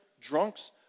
drunks